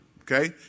Okay